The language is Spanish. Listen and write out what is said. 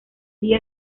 día